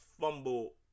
fumble